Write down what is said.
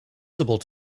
visible